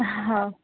हो